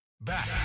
Back